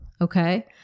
okay